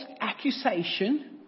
accusation